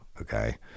okay